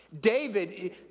David